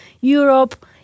Europe